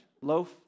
loaf